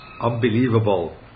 unbelievable